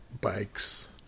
bikes